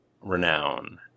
renown